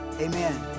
amen